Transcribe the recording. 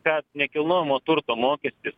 kad nekilnojamo turto mokestis